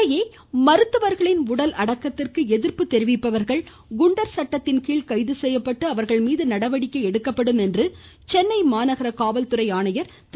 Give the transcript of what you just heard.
இதனிடையே மருத்துவர்களின் உடல் அடக்கத்திற்கு எதிர்ப்பு தெரிவிப்பவர்கள் குண்டர் சட்டத்தின்கீழ் கைது செய்யப்பட்டு அவர்களமீது நடவடிக்கை எடுக்கப்படும் என்று சென்னை மாநகர காவல்துறை ஆணையர் திரு